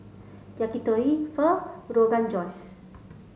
Yakitori Pho Rogan Josh